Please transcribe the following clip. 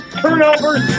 turnovers